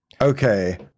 Okay